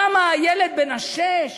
למה הילד בן השש